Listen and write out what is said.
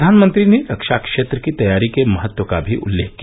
प्रधानमंत्री ने रक्षा क्षेत्र की तैयारी के महत्व का भी उल्लेख किया